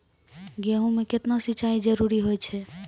गेहूँ म केतना सिंचाई जरूरी होय छै?